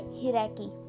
hierarchy